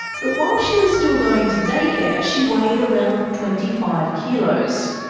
but while she was still going to daycare, she weighed around twenty five kilos.